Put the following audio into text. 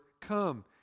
come